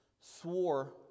swore